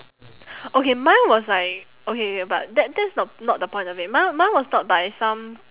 okay mine was like okay K but that that's the not the point of it mine mine was taught by some